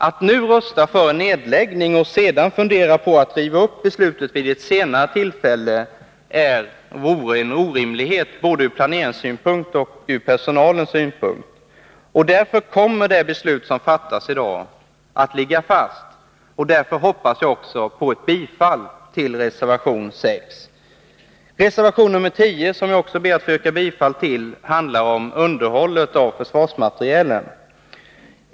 Att nu rösta för en nedläggning och sedan fundera på att riva upp beslutet vid ett senare tillfälle är en orimlighet både ur planeringssynpunkt och från personalsynpunkt. Därför kommer det beslut som fattas i dag att ligga fast, och därför hoppas jag också på ett bifall till reservation nr 6. Reservation nr 10, som jag också ber att få yrka bifall till, handlar om underhållet av försvarsmaterielen.